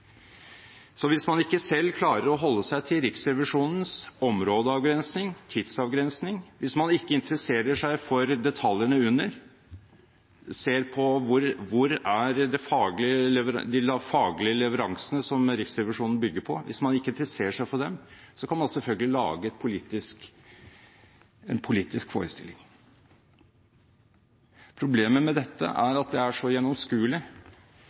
Så hvis man ikke selv klarer å holde seg til Riksrevisjonens områdeavgrensning, tidsavgrensning, hvis man ikke ser eller interesserer seg for de faglige leveransene som Riksrevisjonen bygger på, så kan man selvfølgelig lage en politisk forestilling. Problemet med dette er at det er så